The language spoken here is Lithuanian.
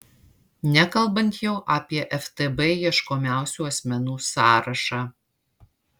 nekalbant jau apie ftb ieškomiausių asmenų sąrašą